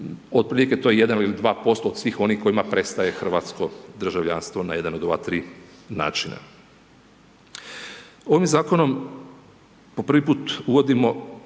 otprilike to je 1 ili 2% od svih onih kojima prestaje hrvatsko državljanstvo na jedan od ova ti načina. Ovim zakonom po prvi put uvodimo